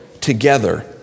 together